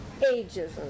ageism